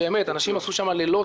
אנשים עשו שם לילות,